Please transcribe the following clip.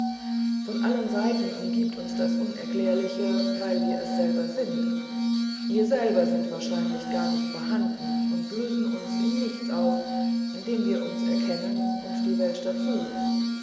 von allen seiten umgibt uns das unerklärliche weil wir es selber sind wir selber sind wahrscheinlich gar nicht vorhanden und lösen uns in nichts auf in dem wir uns erkennen und die welt dazu